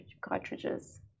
cartridges